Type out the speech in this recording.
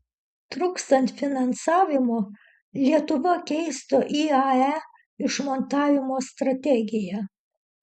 trūkstant finansavimo lietuva keistų iae išmontavimo strategiją